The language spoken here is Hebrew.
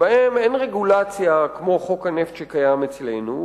שבהן אין רגולציה כמו חוק הנפט שקיים אצלנו,